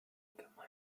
gemeinsamen